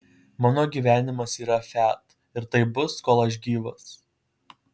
mano gyvenimas yra fiat ir taip bus kol aš gyvas